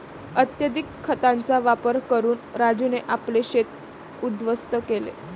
अत्यधिक खतांचा वापर करून राजूने आपले शेत उध्वस्त केले